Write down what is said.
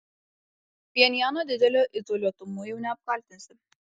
pchenjano dideliu izoliuotumu jau neapkaltinsi